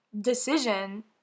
decision